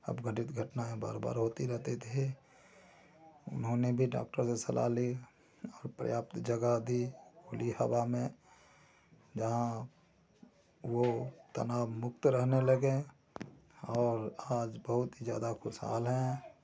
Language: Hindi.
अपघटित घटनाएं बार बार होती रहती थीं उन्होंने भी डाक्टर से सलाह ली पर्याप्त जगह दी खुली हवा में जहाँ वे तनावमुक्त रहने लगे हैं और आज बहुत ज़्यादा खुशहाल हैं